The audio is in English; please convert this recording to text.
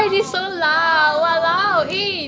oh long